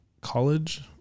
College